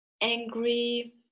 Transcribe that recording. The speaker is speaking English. Angry